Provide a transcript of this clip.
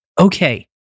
Okay